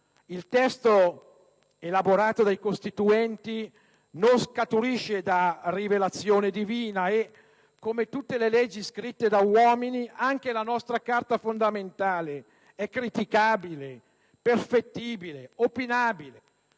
Il testo elaborato dai Costituenti non scaturisce da rivelazione divina e, come tutte le leggi scritte da uomini, anche la nostra Carta fondamentale è criticabile, perfettibile, opinabile.